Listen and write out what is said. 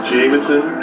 Jameson